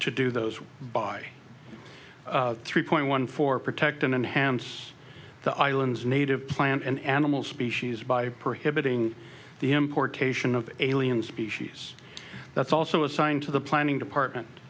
to do those by three point one four protect and enhance the island's native plant and animal species by prohibiting the importation of alien species that's also assigned to the planning department